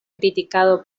criticado